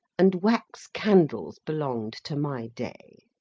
and wax candles belonged to my day.